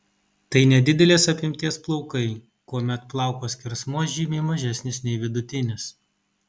tai nedidelės apimties plaukai kuomet plauko skersmuo žymiai mažesnis nei vidutinis